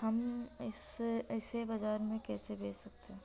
हम इसे बाजार में कैसे बेच सकते हैं?